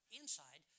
inside